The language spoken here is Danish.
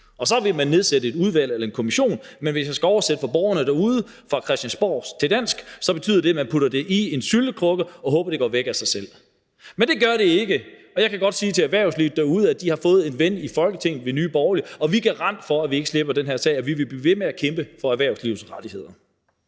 Så vil man nedsætte et udvalg eller en kommission, men hvis jeg skal oversætte for borgerne derude fra christiansborgsk til dansk, betyder det, at man putter det i en syltekrukke og håber, at det går væk af sig selv. Men det gør det ikke, og jeg kan godt sige til erhvervslivet derude, at de har fået en ven i Folketinget i Nye Borgerlige, og vi er garant for, at vi ikke slipper den her sag, og vi vil blive ved med at kæmpe for erhvervslivets rettigheder.